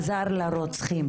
עזר לרוצחים,